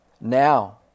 now